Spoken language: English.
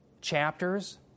chapters